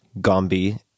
Gombe